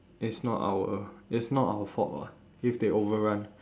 it's not our it's not our fault [what] if they over run